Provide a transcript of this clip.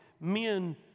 men